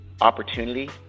opportunity